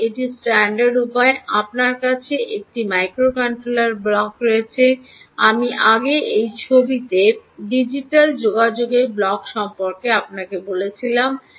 আবার এটি স্ট্যান্ডার্ড উপায় আপনার কাছে একটি মাইক্রোকন্ট্রোলার ব্লক রয়েছে আমি আগে এই ছবিতে ডিজিটাল যোগাযোগ ব্লক সম্পর্কে বলেছিলাম